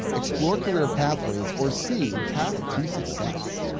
explore career pathways, or c, path to success?